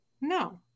No